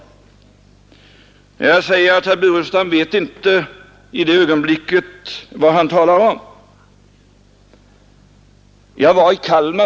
Jag svarar då att herr Burenstam Linder i det ögonblicket inte vet vad han talar om.